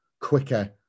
quicker